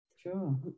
Sure